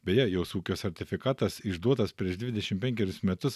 beje jos ūkio sertifikatas išduotas prieš dvidešim penkeris metus